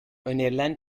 önerilen